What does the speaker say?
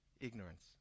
ignorance